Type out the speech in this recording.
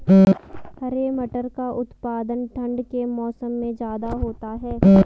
हरे मटर का उत्पादन ठंड के मौसम में ज्यादा होता है